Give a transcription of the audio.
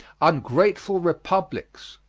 ungrateful republics.